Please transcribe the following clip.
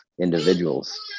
individuals